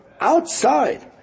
outside